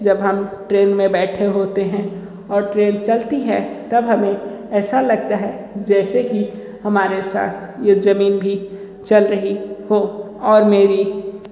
जब हम ट्रेन में बैठे होते हैं और ट्रेन चलती है तब हमें ऐसा लगता है जैसे कि हमारे साथ ये जमीन भी चल रही हो और मेरी